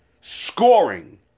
scoring